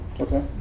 okay